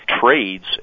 trades